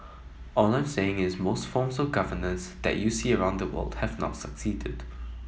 all I'm saying is most forms of governance that you see around the world have not succeeded